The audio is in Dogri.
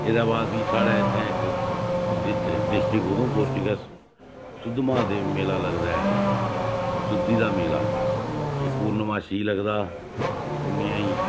एह्दे बाद फ्ही साढ़ै इत्थें इक डि डिस्ट्रिक उधमपुर च गै सुद्धमहादेव मेला लगदा ऐ सुद्धी दा मेला एह् पुर्णमाशी गी लगदा पुन्नेआ गी